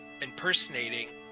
impersonating